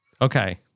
Okay